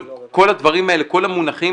כל המונחים